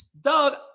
Doug